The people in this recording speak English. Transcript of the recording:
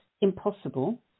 impossible